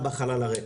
לאט.